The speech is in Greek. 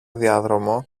διάδρομο